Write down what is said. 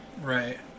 right